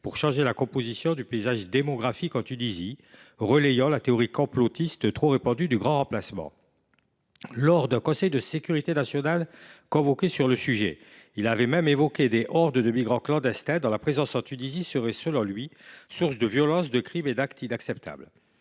pour changer la composition du paysage démographique en Tunisie », relayant la théorie complotiste trop répandue du grand remplacement. Lors d’un conseil de sécurité nationale convoqué sur le sujet, il avait même évoqué des « hordes de migrants clandestins », dont la présence en Tunisie serait, selon lui, source de « violence, de crimes et d’actes inacceptables